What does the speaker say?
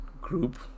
group